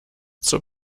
zur